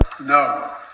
No